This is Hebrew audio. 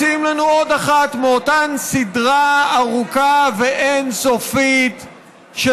מציעים לנו עוד אחת מאותה סדרה ארוכה ואין-סופית של